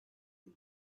bir